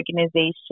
organization